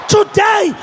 Today